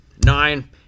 nine